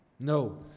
No